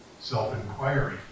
self-inquiry